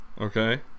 okay